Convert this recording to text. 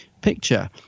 picture